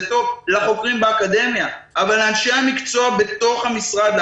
זה טוב לחוקרים באקדמיה אבל לאנשי המקצוע בתוך המשרד,